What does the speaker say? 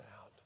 out